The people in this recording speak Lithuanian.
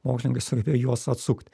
mokslininkai sugebėjo juos atsukt